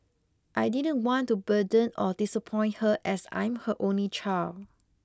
I didn't want to burden or disappoint her as I'm her only child